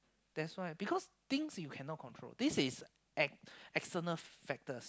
that's why because things you cannot control this is ex~ external factors